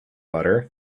butter